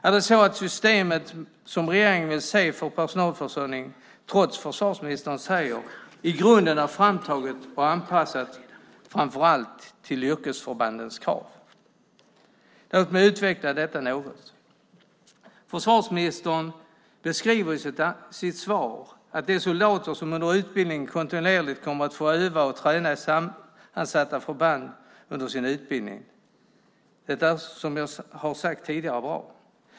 Är det så att det system som regeringen vill se för personalförsörjning, trots det försvarsministern säger, i grunden är framtaget och anpassat framför allt till yrkesförbandens krav? Låt mig utveckla detta något. Försvarsministern beskriver i sitt svar att soldaterna kontinuerligt kommer att få öva och träna i sammansatta förband under sin utbildning. Detta är, som jag har sagt tidigare, bra.